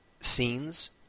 scenes